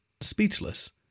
speechless